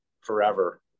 forever